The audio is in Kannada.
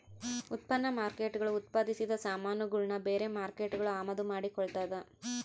ಉತ್ಪನ್ನ ಮಾರ್ಕೇಟ್ಗುಳು ಉತ್ಪಾದಿಸಿದ ಸಾಮಾನುಗುಳ್ನ ಬೇರೆ ಮಾರ್ಕೇಟ್ಗುಳು ಅಮಾದು ಮಾಡಿಕೊಳ್ತದ